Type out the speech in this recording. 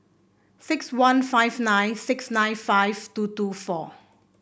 six one five nine six nine five two two four